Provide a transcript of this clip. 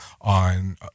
on